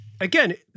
Again